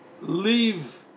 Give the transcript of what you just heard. leave